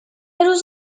روز